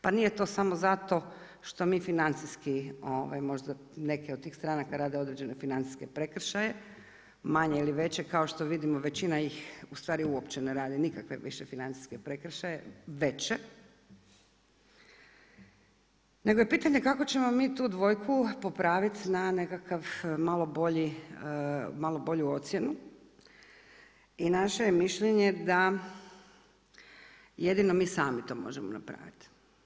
Pa nije to samo zato što mi financijski možda neke od tih stranaka rade određene financijske prekršaje, manje ili veše, kao što vidimo većina ih u stvari uopće ne radi nikakve više financijske prekršaje veće nego je pitanje kako ćemo mi tu dvojku popraviti na nekakav malo bolju ocjenu i naše je mišljenje jedino mi sami to možemo napraviti.